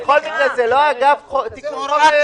בכל מקרה, זה לא אגב תיקון חוק היסוד.